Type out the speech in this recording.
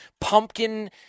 pumpkin